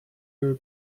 your